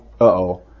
uh-oh